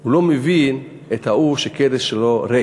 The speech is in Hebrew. לא מבין את ההוא שהכרס שלו ריקה,